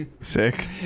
Sick